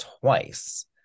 twice